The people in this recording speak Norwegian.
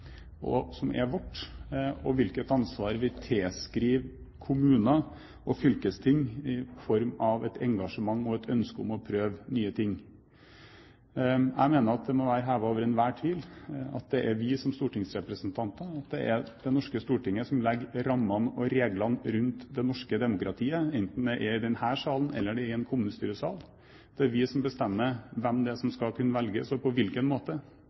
vi tilskriver kommuner og fylkesting i form av et engasjement og et ønske om å prøve nye ting. Jeg mener at det må være hevet over enhver tvil at det er vi som stortingsrepresentanter, Det norske storting, som legger rammene og reglene for det norske demokratiet, enten det er i denne salen eller i en kommunestyresal. Det er vi som bestemmer hvem som skal kunne velges, og på hvilken måte.